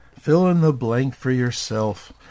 fill-in-the-blank-for-yourself